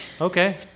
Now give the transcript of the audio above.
Okay